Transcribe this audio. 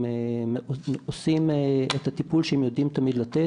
הם עושים את הטיפול שהם יודעים תמיד לתת,